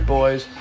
boys